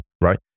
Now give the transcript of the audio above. right